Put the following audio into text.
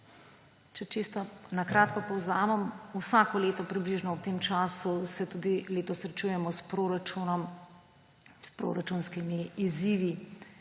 Če čisto na kratko povzamem. Vsako leto približno ob tem času, tako se tudi letos srečujemo s proračunom, s proračunskimi izzivi.